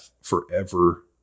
forever